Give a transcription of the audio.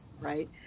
right